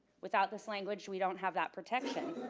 without this language, we don't have that protection.